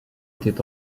était